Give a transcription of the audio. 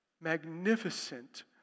magnificent